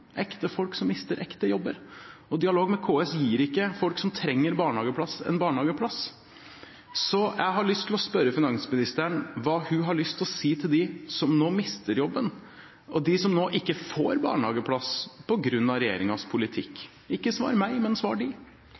ekte folk som mister ekte jobber – og dialog med KS gir ikke folk som trenger barnehageplass, en barnehageplass. Jeg vil spørre finansministeren hva hun har lyst til å si til dem som nå mister jobben, og til dem som nå ikke får barnehageplass på grunn av regjeringens politikk. Ikke svar meg, men svar